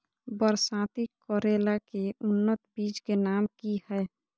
बरसाती करेला के उन्नत बिज के नाम की हैय?